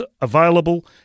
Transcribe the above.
available